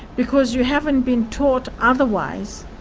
because you haven't been taught otherwise,